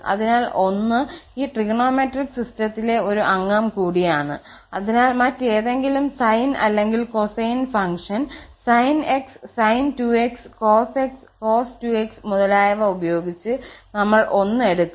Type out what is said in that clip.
അതിനാൽ 1 ഈ ട്രിഗണോമെട്രിക് സിസ്റ്റത്തിലെ ഒരു അംഗം കൂടിയാണ് അതിനാൽ മറ്റേതെങ്കിലും സൈൻ അല്ലെങ്കിൽ cosine function sin 𝑥 sin 2𝑥 cos 𝑥 cos 2𝑥 മുതലായവ ഉപയോഗിച്ച് നമ്മൾ 1 എടുക്കും